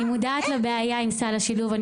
אני מודעת לבעיה עם סל השילוב,